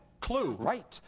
clue. right.